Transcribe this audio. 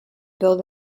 build